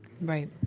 Right